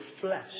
flesh